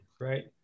right